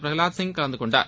பிரகலாத் சிங் கலந்து கொண்டார்